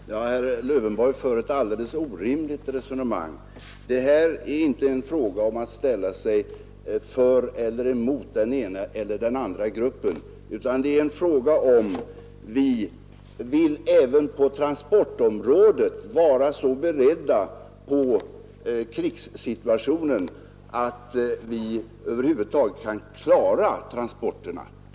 Herr talman! Herr Lövenborg för ett alldeles orimligt resonemang. Det här är inte en fråga om att ställa sig för eller emot den ena eller den andra gruppen, utan det är en fråga om huruvida vi även på transportområdet vill vara så beredda på krigssituationen att vi över huvud taget kan klara transporterna.